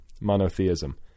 monotheism